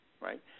right